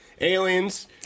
aliens